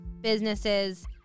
businesses